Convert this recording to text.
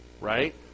Right